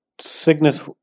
Cygnus